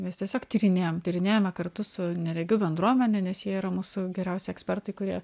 mes tiesiog tyrinėjam tyrinėjame kartu su neregių bendruomene nes jie yra mūsų geriausi ekspertai kurie